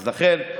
אז לכן,